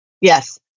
Yes